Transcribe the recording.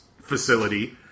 Facility